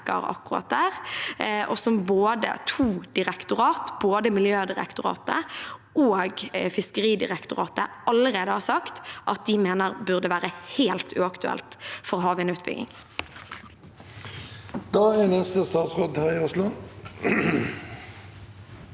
akkurat der, og som to direktorater, både Miljødirektoratet og Fiskeridirektoratet, allerede har sagt at de mener burde være helt uaktuelt for havvindutbygging. Statsråd Terje Aasland